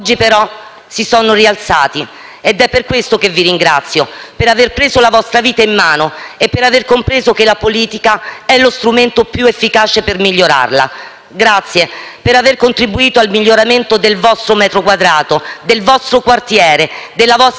si sono rialzati ed è per questo che vi ringrazio, per aver preso la vostra vita in mano e aver compreso che la politica è lo strumento più efficace per migliorarla. Grazie per aver contribuito al miglioramento del vostro metro quadrato, del vostro quartiere, della vostra città